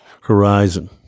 Horizon